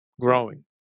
growing